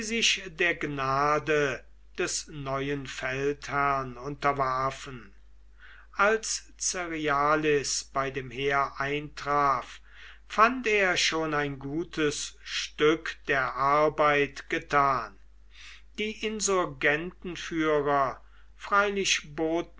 sich der gnade des neuen feldherrn unterwarfen als cerialis bei dem heer eintraf fand er schon ein gutes stück der arbeit getan die insurgentenführer